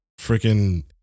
freaking